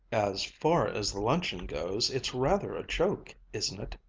as far as the luncheon goes, it's rather a joke, isn't it,